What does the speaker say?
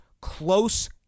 close